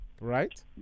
right